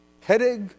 headache